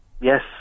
Yes